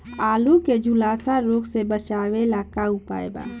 आलू के झुलसा रोग से बचाव ला का उपाय बा?